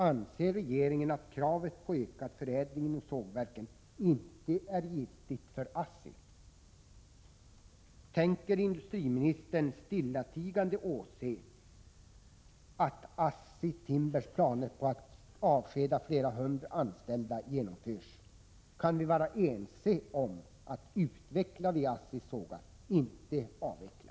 Anser regeringen att kravet på ökad vidareförädling inom sågverken inte är giltigt för ASSI? Tänker industriministern stillatigande åse att ASSI Timbers planer på att avskeda flera hundra anställda genomförs? Kan vi vara ense om att utveckla vid ASSI:s sågar — inte avveckla?